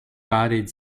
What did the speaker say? bodied